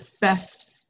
best